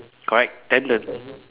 correct then the